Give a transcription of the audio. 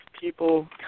people